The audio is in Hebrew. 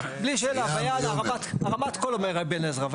ויען הרמת קול אומר רבי עזרא.